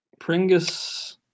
Pringus